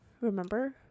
remember